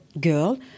girl